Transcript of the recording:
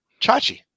Chachi